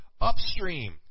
upstream